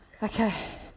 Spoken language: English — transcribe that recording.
Okay